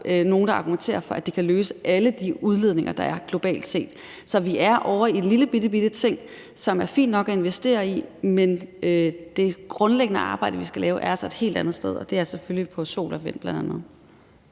er nogen, der argumenterer for, at det kan løse det for alle de udledninger, der er globalt set. Så vi er ovre i en lillelillebitte ting, som det er fint nok at investere i, men det grundlæggende arbejde, vi skal lave, er altså et helt andet sted, og det er selvfølgelig i forbindelse med